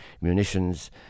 munitions